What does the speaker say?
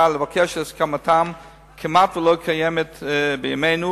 ולבקש את הסכמתם כמעט שלא קיימת בימינו,